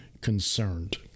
concerned